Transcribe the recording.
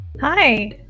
hi